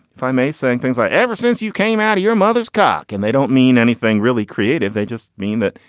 if i may, saying things i ever since you came out of your mother's cock and they don't mean anything really creative. they just mean that,